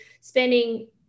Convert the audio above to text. spending